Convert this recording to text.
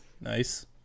nice